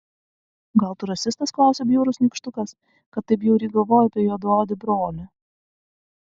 gal tu rasistas klausia bjaurus nykštukas kad taip bjauriai galvoji apie juodaodį brolį